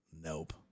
Nope